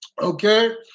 okay